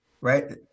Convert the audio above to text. right